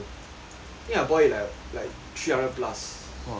think I bought it like three hundred plus